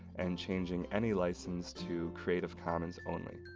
and changing any license to creative commons only.